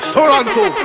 Toronto